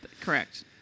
Correct